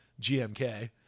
GMK